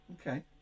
Okay